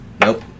nope